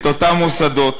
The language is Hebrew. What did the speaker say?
את אותם מוסדות